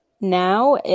now